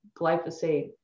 glyphosate